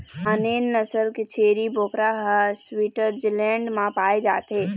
Saanen नसल के छेरी बोकरा ह स्वीटजरलैंड म पाए जाथे